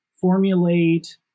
formulate